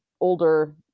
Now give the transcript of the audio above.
older